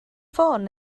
ffôn